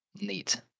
Neat